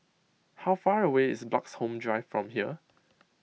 how far away is Bloxhome Drive from here